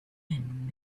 and